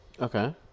Okay